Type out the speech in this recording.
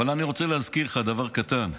אבל אני רוצה להזכיר לך דבר קטן.